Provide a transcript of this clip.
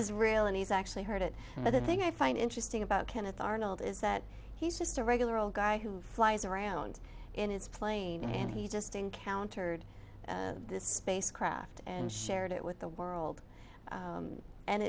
real and he's actually heard it but the thing i find interesting about kenneth arnold is that he's just a regular old guy who flies around in his plane and he's just encountered this spacecraft and shared it with the world